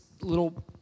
little